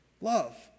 love